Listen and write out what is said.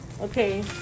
Okay